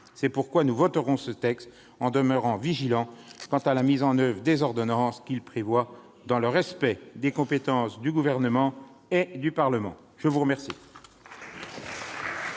C'est pourquoi nous voterons ce texte, en demeurant vigilants quant à la mise en oeuvre des ordonnances qu'il prévoit, dans le respect des compétences du Gouvernement et du Parlement. Très bien